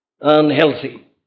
unhealthy